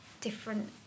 different